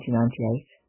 1998